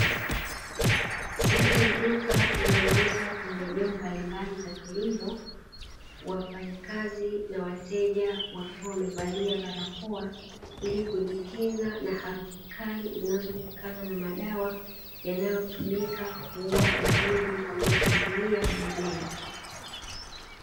Ndani ya duka linalouza pembejeo mbalimbali za kilimo, wafanyakazi na wateja wakiwa wamevalia barakoa, ili kujikinga na harufu kali zinazotokana na madawa yanayotumika kuua wadudu wanaoshambulia mimea.